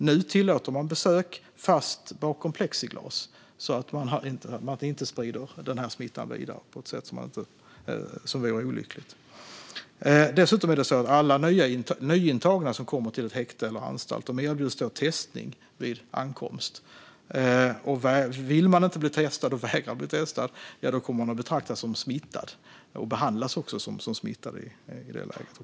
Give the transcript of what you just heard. Nu tillåter man besök, men bakom plexiglas för att smittan inte ska spridas vidare på ett sätt som vore olyckligt. Dessutom erbjuds alla nyintagna som kommer till ett häkte eller till en anstalt testning vid ankomst. Om man inte vill bli testad och vägrar att bli testad kommer man att betraktas som smittad och också behandlas som smittad.